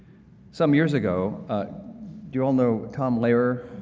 some years ago do you all know tom lehrer,